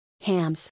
Hams